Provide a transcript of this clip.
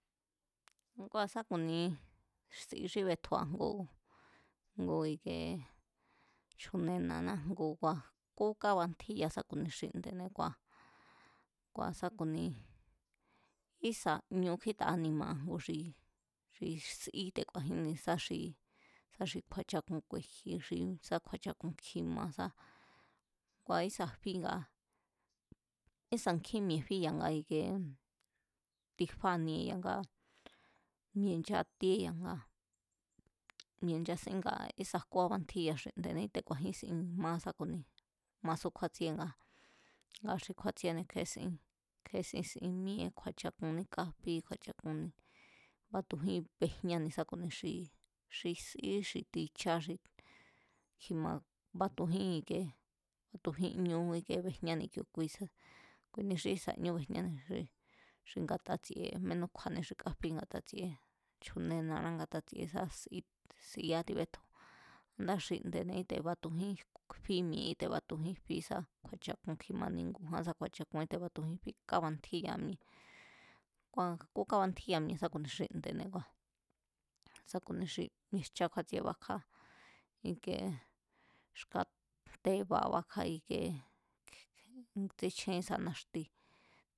Ngua̱ sá ku̱ni si xí betjua̱ ngu, ngu i̱ke chju̱nena̱ná kua̱ jkú kánbatjíya sa xi ku̱ni xinde̱ne̱ kua̱, kua̱ sá ku̱ni kísa̱ ñu kjíta anima̱a̱ ngu xi sí te̱ku̱a̱jínni sa xi kju̱a̱ chakun ku̱e̱ji̱ xi sá kju̱a̱chakun kjima̱ kua̱ ísa̱ fí, ísa̱ nkjín mi̱e̱ fí ya̱nga ikie tifanie ya̱nga mi̱e̱ nchatíé ya̱nga mi̱e̱ nchasingá, ísa̱ jkú ábantjíya xinde̱ne̱ kíte̱ ku̱a̱jínsín ma sá ku̱ni masú kjúátsieé nga, nga xí kjúátsiene kje̱esín, kje̱ésín sin míée̱. Kju̱a̱chakuní káfí kju̱a̱chakunní batujín bejñani sá ku̱ni xi sí xi tichá xi kjima, batujín, batujín bejñáni kiu̱, kuini xí ísa̱ ñú bejñáne̱ xi xi nga̱ta tsi̱e̱ mínú kju̱a̱ni xi káfí, nga̱ta tsi̱e̱ chju̱nena̱na nga̱ta tsi̱e̱ sá siá tibetju ndáa̱ xinde̱ne̱ kíte̱ batujín fí mi̱e̱ne̱ kíte̱ batujín fí sá kju̱a̱chakun kjima ni̱ngu̱ján sa kju̱a̱chakun kíte̱ batu jín fí, kabantjíya mi̱e̱. Kua̱ jkú kábantjíya mi̱e̱ sá ku̱ni xi nde̱ne̱ kua̱ sá ku̱ni xi mi̱e̱jchá kjúatsiné kua̱ ike xka tába bákjá ike tsíchjén ísa̱ naxti